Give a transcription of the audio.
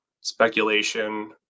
speculation